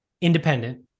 independent